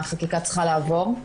שהחקיקה צריכה לעבור,